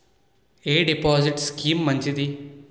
ఎ deposit scheme మంచిది?